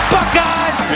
Buckeyes